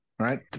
right